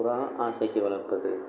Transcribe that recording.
புறா ஆசைக்கு வளர்ப்பது